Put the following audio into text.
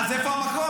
אז איפה המקום?